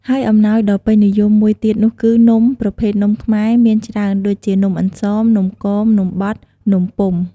ហើយអំណោយដ៏ពេញនិយមមួយទៀតនោះគឹនំ ប្រភេទនំខ្មែរមានច្រើនដូចជានំអន្សម នំគម នំបត់ នំពុម្ភ